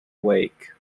wake